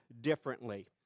differently